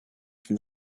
from